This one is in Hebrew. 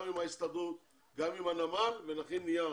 גם עם ההסתדרות וגם עם הנמל ונכין נייר